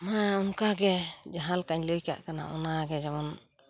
ᱢᱟᱻ ᱚᱱᱠᱟᱜᱮ ᱡᱟᱦᱟᱞᱮᱠᱟᱧ ᱞᱟᱹᱭᱠᱟᱜ ᱠᱟᱱᱟ ᱚᱱᱟᱜᱮ ᱡᱮᱢᱚᱱ